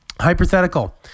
hypothetical